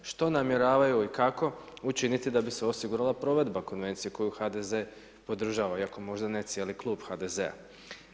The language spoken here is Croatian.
Što namjeravaju i kako učiniti da bi se osigurala provedba konvencija koju HDZ podržava iako ne možda cijeli Klub HDZ-a.